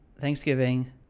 Thanksgiving